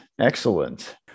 excellent